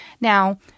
Now